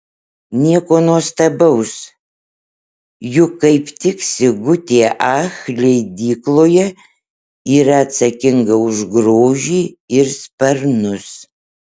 nieko nuostabaus juk kaip tik sigutė ach leidykloje yra atsakinga už grožį ir sparnus